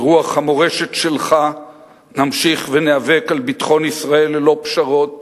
ברוח המורשת שלך נמשיך וניאבק על ביטחון ישראל ללא פשרות,